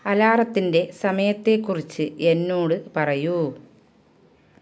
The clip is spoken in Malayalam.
അലാറത്തിൻ്റെ സമയത്തെക്കുറിച്ച് എന്നോട് പറയൂ